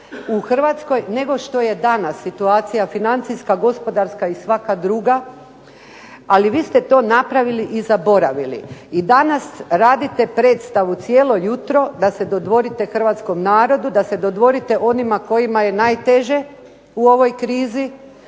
u Hrvatskoj, nego što je to danas, situacija financijska, gospodarska i svaka druga. Ali vi ste to radili i zaboravili i danas radite predstavu cijelo jutro da se dodvorite Hrvatskom narodu, da se dodvorite onima kojima je najteže, u ovoj krizi